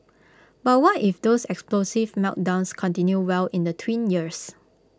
but what if those explosive meltdowns continue well in the tween years